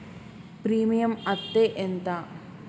Premium అత్తే ఎంత?